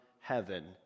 heaven